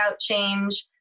change